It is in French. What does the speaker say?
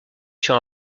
sur